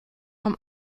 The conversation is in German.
vom